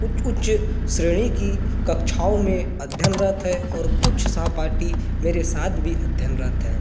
कुछ कुछ श्रेणी की कक्षाओं में अध्यनरत है और कुछ सहपाठी मेरे साथ भी अध्यनरत है